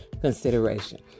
consideration